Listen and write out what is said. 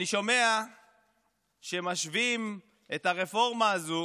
אני שומע שמשווים את הרפורמה הזו